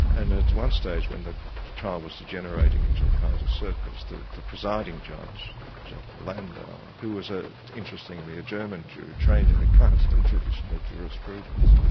and at one stage when the trial was degenerating into a kind of circus, the the presiding judge, judge landau, who was ah interestingly a german jew, trained in a kantian tradition of jurisprudence,